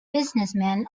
businessmen